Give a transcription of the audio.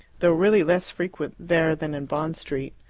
though really less frequent there than in bond street.